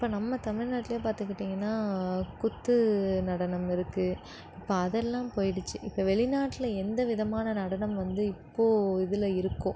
இப்போ நம்ம தமிழ்நாட்டில் பார்த்துக்கிட்டிங்கன்னா குத்து நடனம் இருக்கு இப்போ அதெல்லாம் போய்டுச்சு இப்போ வெளிநாட்டில் எந்த விதமான நடனம் வந்து இப்போ இதில் இருக்கோ